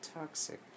toxic